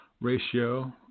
ratio